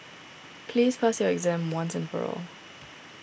please pass your exam once and for all